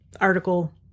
article